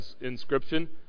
inscription